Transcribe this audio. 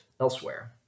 elsewhere